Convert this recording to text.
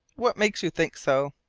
what makes you think so?